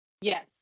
yes